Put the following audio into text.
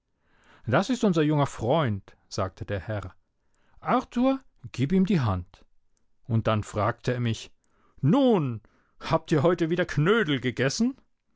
das ist unser junger freund sagte der herr arthur gib ihm die hand und dann fragte er mich nun habt ihr heute wieder knödel gegessen